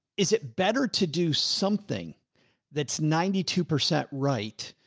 is it better to do something that's ninety two percent right.